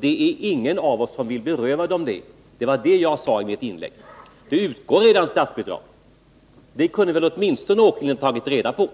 Det är ingen av oss som vill beröva skolan det. Det var det jag sade i mitt inlägg. Det utgår redan statsbidrag, det kunde väl Allan Åkerlind ha tagit reda på.